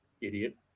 Idiot